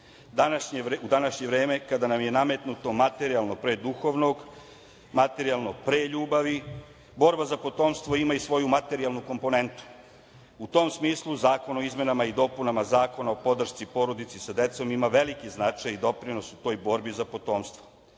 U današnje vreme kada nam je nametnuto materijalno, pre duhovnog, materijalno pre ljubavi, borba za potomstvo ima i svoju materijalnu komponentu. U tom smislu Zakon o izmenama i dopunama Zakona o podršci porodici sa decom ima veliki značaj i doprinos u toj borbi za potomstvo. Naravno,